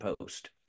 Post